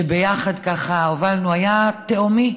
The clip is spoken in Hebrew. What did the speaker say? שביחד הובלנו, היה תהומי,